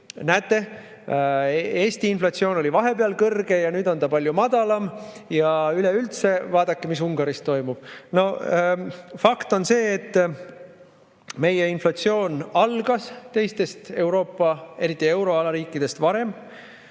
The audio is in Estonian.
näete, Eesti inflatsioon oli vahepeal kõrge ja nüüd on ta palju madalam, ja üleüldse vaadake, mis Ungaris toimub. Fakt on see, et meie inflatsioon algas teistest Euroopa riikidest, eriti euroala riikidest, varem,